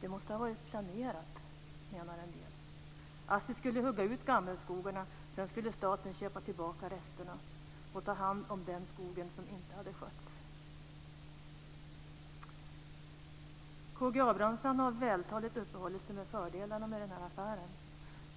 Det måste ha varit planerat, menar en del. Assi skulle hugga ut gammelskogarna; sedan skulle staten köpa tillbaka resterna och ta hand om den skog som inte hade skötts. K G Abramsson har vältaligt uppehållit sig vid fördelarna med den här affären,